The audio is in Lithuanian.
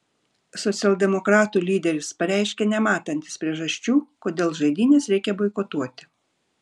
socialdemokratų lyderis pareiškė nematantis priežasčių kodėl žaidynes reikia boikotuoti